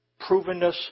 provenness